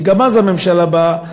כי גם אז הממשלה באה,